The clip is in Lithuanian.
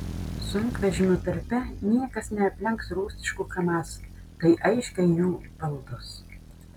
sunkvežimių tarpe niekas neaplenks rusiškų kamaz tai aiškiai jų valdos